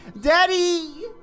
Daddy